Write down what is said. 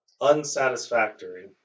Unsatisfactory